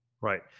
Right